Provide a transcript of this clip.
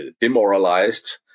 demoralized